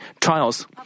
trials